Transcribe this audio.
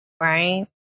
Right